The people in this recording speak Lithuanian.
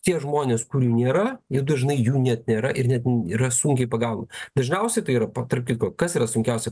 tie žmonės kurių nėra ir dažnai jų net nėra ir net yra sunkiai pagaunami dažniausiai tai yra tarp kitko kas yra sunkiausia